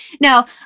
Now